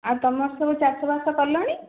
ଆଉ ତୁମର ସବୁ ଚାଷବାସ କଲଣି